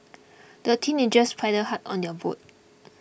the teenagers paddled hard on your boat